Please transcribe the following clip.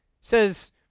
says